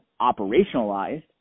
operationalized